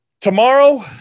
tomorrow